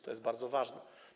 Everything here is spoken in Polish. To jest bardzo ważne.